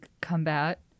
combat